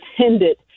tended